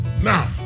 Now